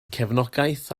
cefnogaeth